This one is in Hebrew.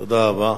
תודה רבה.